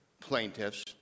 plaintiffs